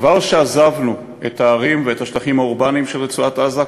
כבר כשעזבנו את הערים ואת השטחים האורבניים של רצועת-עזה,